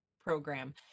program